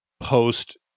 post